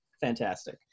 fantastic